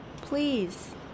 Please